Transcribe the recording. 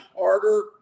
harder